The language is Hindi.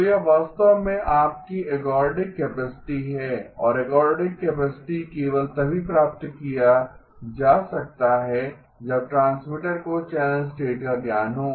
तो यह वास्तव में आपकी एर्गोडिक कैपेसिटी है और एर्गोडिक कैपेसिटी केवल तभी प्राप्त किया जा सकता है जब ट्रांसमीटर को चैनल स्टेट का ज्ञान हो